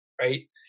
right